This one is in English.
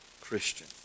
Christian